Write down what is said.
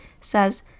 says